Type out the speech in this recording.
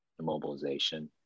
immobilization